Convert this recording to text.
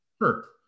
Sure